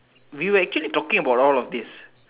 we were actually talking about all of this